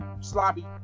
sloppy